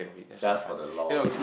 just for the lol